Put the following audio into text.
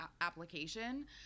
application